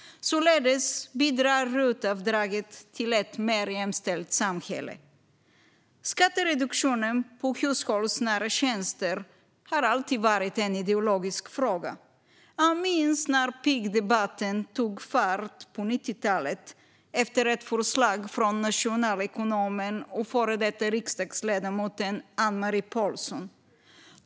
Således bidrar RUT-avdraget till ett mer jämställt samhälle. Skattereduktionen för hushållsnära tjänster har alltid varit en ideologisk fråga. Jag minns när pigdebatten tog fart på 90-talet efter ett förslag från nationalekonomen och före detta riksdagsledamoten Anne-Marie Pålsson.